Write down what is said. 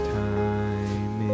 time